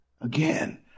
Again